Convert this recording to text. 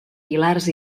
pilars